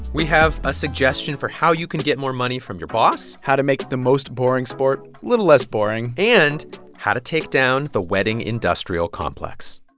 we have a suggestion for how you can get more money from your boss how to make the most boring sport a little less boring and how to take down the wedding industrial complex